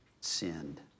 sinned